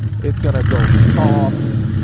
it's gonna go soft.